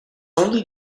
only